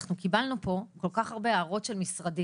אנחנו קיבלנו פה כל כך הרבה הערות של משרדים,